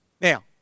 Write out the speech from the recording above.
Now